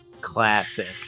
classic